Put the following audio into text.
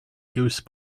goose